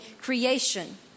creation